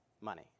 Money